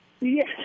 Yes